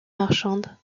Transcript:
marchande